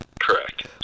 Correct